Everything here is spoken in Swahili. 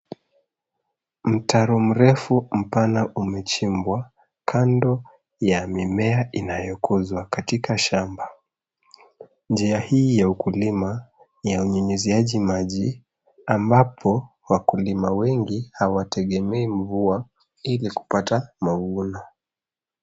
Mtaro mrefu mpana umechimbwa kando ya mimea inayokuzwa katika shamba. Njia hii ya ukulima ni ya unyunyuziaji maji, ambapo wakulima wengi hawategemei mvua ili kupata mavuno.